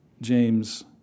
James